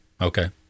Okay